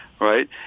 right